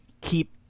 keep